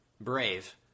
Brave